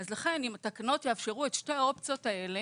לכן, אם התקנות יאפשרו את שתי האופציות האלה,